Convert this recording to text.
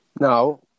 Now